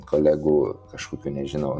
kolegų kažkokio nežinau